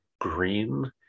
green